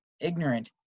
Ignorant